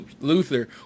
Luther